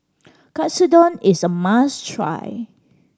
katsudon is a must try